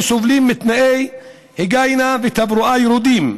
סובלים מתנאי היגיינה ותברואה ירודים.